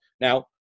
now